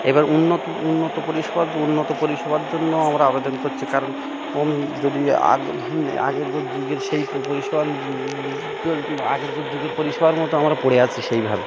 এবার উন্নত উন্নত পরিষেবার উন্নত পরিষেবার জন্যও আমরা আবেদন করছি কারণ যদি আগেকার যুগের সেই পরিষেবার তার আগেরকার যুগের পরিষেবার মতো আমরা পড়ে আছি সেইভাবে